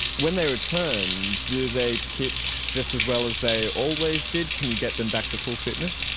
when they return do they pitch just as well as they always did? can you get them back to full fitness?